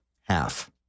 half